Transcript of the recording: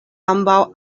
ambaŭ